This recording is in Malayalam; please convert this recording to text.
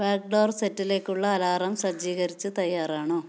ബാക്ക്ഡോർ സെറ്റിലേക്കുള്ള അലാറം സജ്ജീകരിച്ച് തയ്യാറാണോ